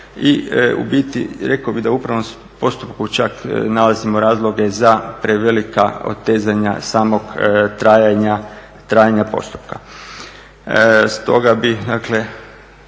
I u biti rekao bih da u upravnom postupku čak nalazimo razloge za prevelika otezanja samog trajanja postupka.